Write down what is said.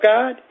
God